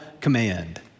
command